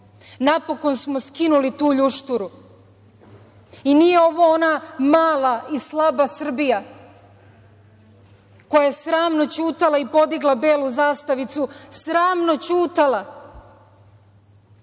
Napokon smo skinuli tu ljušturu i nije ovo ona mala i slaba Srbija koja je sramno ćutala i podigla belu zastavicu, sramno ćutala